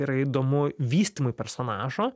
yra įdomu vystymui personažo